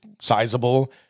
sizable